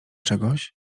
czegoś